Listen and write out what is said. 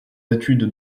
études